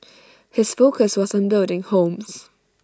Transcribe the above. his focus was on building homes